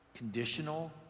conditional